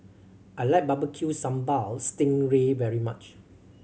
I like Barbecue Sambal sting ray very much